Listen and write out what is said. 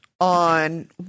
on